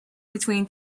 between